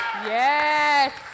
Yes